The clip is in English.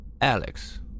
Alex